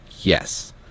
Yes